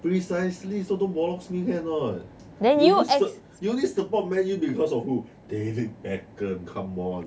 precisely so don't bollocks me can or not you only support man U because of who david beckham come on